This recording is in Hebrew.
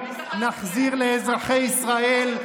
נחזיר לאזרחי ישראל,